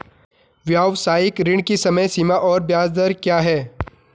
व्यावसायिक ऋण की समय सीमा और ब्याज दर क्या है?